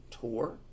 tour